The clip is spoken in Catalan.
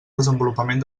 desenvolupament